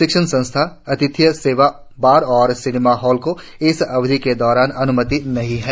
शिक्षण संस्थानों आतिथ्य सेवाओं बार और सिनेमा हॉल को इस अवधि के दौरान अन्मति नहीं है